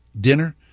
dinner